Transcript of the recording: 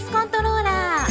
Controller